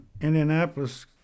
Indianapolis